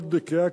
מאוד נקייה,